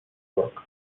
york